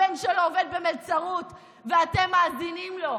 הבן שלו עובד במלצרות ואתם מאזינים לו.